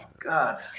God